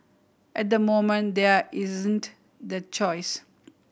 at the moment there isn't the choice